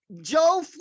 Joe